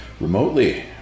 remotely